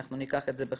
ניקח את זה בחשבון.